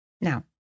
Now